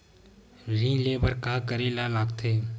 ऋण ले बर का करे ला लगथे?